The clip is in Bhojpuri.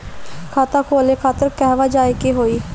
खाता खोले खातिर कहवा जाए के होइ?